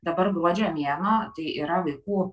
dabar gruodžio mėnuo tai yra vaikų